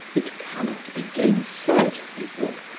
it cannot be gainsaid, he thought,